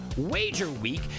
WAGERWEEK